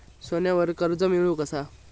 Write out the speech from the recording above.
सोन्यावर कर्ज मिळवू कसा?